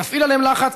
נפעיל עליהם לחץ,